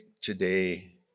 today